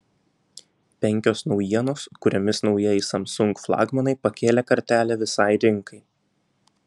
penkios naujienos kuriomis naujieji samsung flagmanai pakėlė kartelę visai rinkai